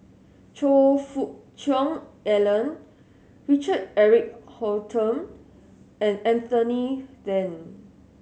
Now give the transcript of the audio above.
Choe Fook Cheong Alan Richard Eric Holttum and Anthony Then